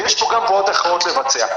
ויש פה גם פעולות אחרות לבצע.